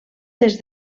des